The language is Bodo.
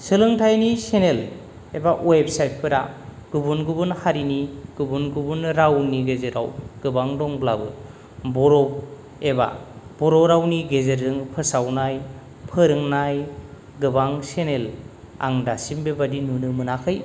सोलोंथायनि सेनेल एबा वेबसाइट फोरा गुबुन गुबुन हारिनि गुबुन गुबुन रावनि गेजेराव गोबां दंब्लाबो बर' एबा बर' रावनि गेजेरजों फोसावनाय फोरोंनाय गोबां सेनेल आं दासिम बेबायदि नुनो मोनाखै